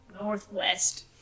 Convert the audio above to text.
Northwest